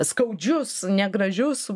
skaudžius negražius